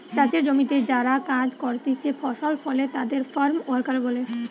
চাষের জমিতে যারা কাজ করতিছে ফসল ফলে তাদের ফার্ম ওয়ার্কার বলে